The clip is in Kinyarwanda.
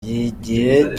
y’igihe